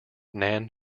nan